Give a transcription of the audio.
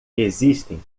existem